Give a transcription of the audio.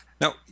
Now